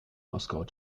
moskau